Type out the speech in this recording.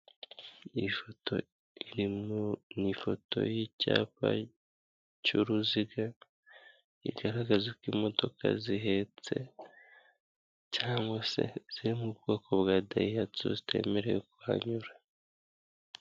Iyi foto, iri mu ifoto y'icyapa cy'uruziga, igaragaza ko imodoka zihetse cyangwa se ziri mu bwoko bwa Dayihatsu zitemerewe kuhanyura.